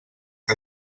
què